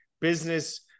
business